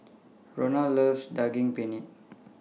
Rona loves Daging Penyet